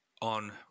on